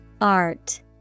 Art